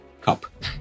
Cup